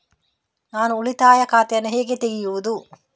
ನಾನು ಉಳಿತಾಯ ಖಾತೆಯನ್ನು ಹೇಗೆ ತೆರೆಯುದು?